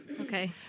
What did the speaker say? Okay